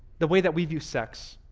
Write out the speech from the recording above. the way that we view sex,